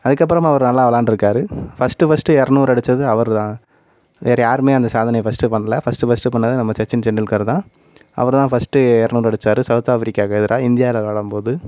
அதுக்கப்புறமா அவர் நல்லா விளையாண்ட்ருக்கார் ஃபர்ஸ்ட்டு ஃபர்ஸ்ட்டு இரநூறு அடித்தது அவர்தான் வேற யாருமே அந்த சாதனையை ஃபர்ஸ்ட்டு பண்ணலை ஃபர்ஸ்ட்டு ஃபர்ஸ்ட்டு பண்ணது நம்ம சச்சின் டெண்டுல்கர்தான் அவர்தான் ஃபர்ஸ்ட்டு இரநூறு அடிச்சார் சௌத் ஆஃபிரிக்காவுக்கு எதிராக இந்தியாவில விளையாடும்போது